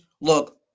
Look